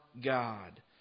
God